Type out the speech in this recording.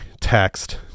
text